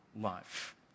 life